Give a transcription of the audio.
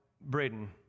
Braden